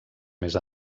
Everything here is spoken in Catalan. més